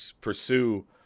pursue